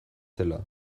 zela